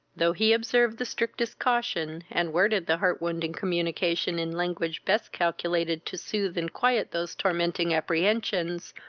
though he observed the strictest caution, and worded the heart-wounding communication in language best calculated to sooth and quiet those tormenting apprehensions,